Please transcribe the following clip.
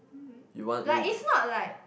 you want r~